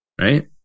Right